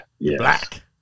Black